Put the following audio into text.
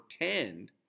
pretend